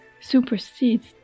supersedes